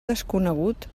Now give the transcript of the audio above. desconegut